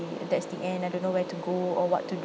and that's the end I don't know where to go or what to